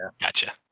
Gotcha